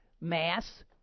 mass